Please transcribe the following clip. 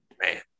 Man